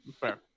fair